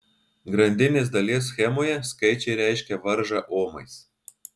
grandinės dalies schemoje skaičiai reiškia varžą omais